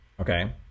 Okay